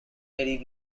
lady